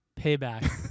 payback